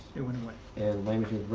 it went away. and language